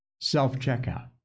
self-checkout